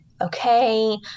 Okay